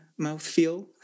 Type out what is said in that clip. mouthfeel